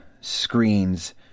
screens